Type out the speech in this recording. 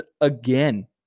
again